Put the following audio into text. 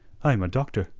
i am a doctor,